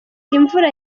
imvura